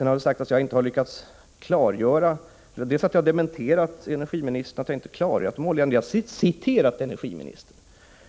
Det har sagts att jag dels inte har lyckats klargöra vad energiministern menar om oljan, dels att jag dementerat vad hon har sagt. Jag har citerat energiministern.